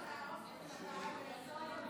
עד שלא תהרוס את הצבא עד היסוד,